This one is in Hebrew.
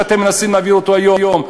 שאתם מנסים להעביר היום,